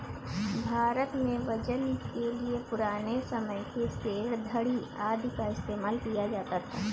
भारत में वजन के लिए पुराने समय के सेर, धडी़ आदि का इस्तेमाल किया जाता था